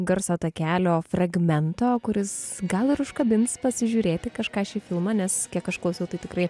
garso takelio fragmento kuris gal ir užkabins pasižiūrėti kažką šį filmą nes kiek aš klausiau tai tikrai